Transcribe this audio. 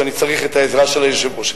שאני צריך את העזרה של היושב-ראש.